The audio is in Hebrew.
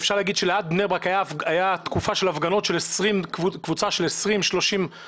שאפשר להגיד שליד בני ברק הייתה תקופה של הפגנות בקבוצה של 20-30 חבר'ה,